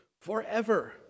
forever